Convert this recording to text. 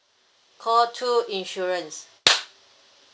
call two insurance